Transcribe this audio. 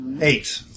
Eight